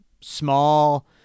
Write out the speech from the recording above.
small